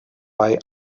bei